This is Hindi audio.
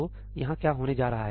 तो यहाँ क्या होने जा रहा है